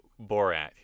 Borat